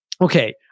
Okay